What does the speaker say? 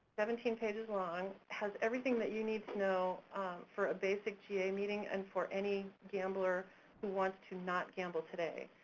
seventeen pages long, has everything that you need to know for a basic ga meeting and for any gambler who wants to not gamble today.